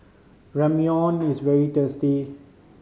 ramyeon is very tasty